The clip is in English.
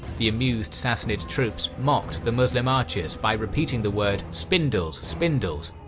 the amused sassanid troops mocked the muslim archers by repeating the word spindles, spindles!